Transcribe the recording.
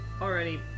already